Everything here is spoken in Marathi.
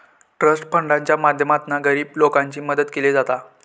ट्रस्ट फंडाच्या माध्यमातना गरीब लोकांची मदत केली जाता